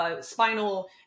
spinal